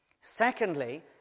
Secondly